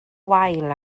wael